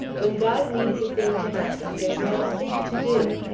when god means a thing to happen, there's not a thing to do.